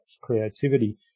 creativity